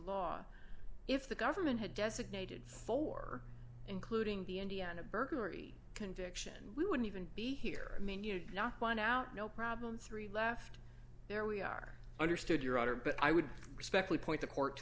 law if the government had designated for including the indiana burglary conviction we wouldn't even be here i mean you'd not want out no problem three left there we are understood your honor but i would respectfully point the court to